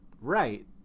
right